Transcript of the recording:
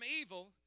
evil